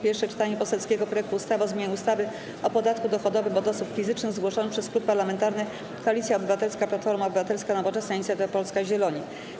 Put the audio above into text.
Pierwsze czytanie poselskiego projektu ustawy o zmianie ustawy o podatku dochodowym od osób fizycznych, zgłoszony przez Klub Parlamentarny Koalicja Obywatelska - Platforma Obywatelska, Nowoczesna, Inicjatywa Polska, Zieloni.